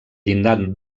llindar